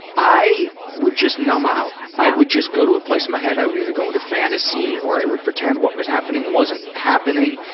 i would just numb out. i would just go to a place in my head, i would either go into fantasy or i would pretend what was happening wasn't happening.